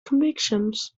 convictions